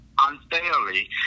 unfairly